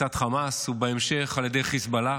מצד חמאס, ובהמשך על ידי חיזבאללה.